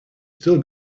still